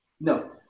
No